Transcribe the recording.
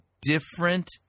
different